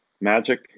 magic